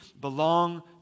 belong